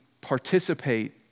participate